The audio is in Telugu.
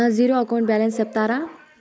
నా జీరో అకౌంట్ బ్యాలెన్స్ సెప్తారా?